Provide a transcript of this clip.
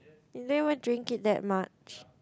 you never even drink it that much